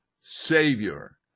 Savior